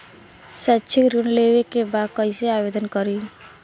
शैक्षिक ऋण लेवे के बा कईसे आवेदन करी?